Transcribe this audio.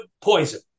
poison